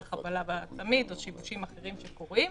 חבלה בצמיד או שיבושים אחרים שקורים.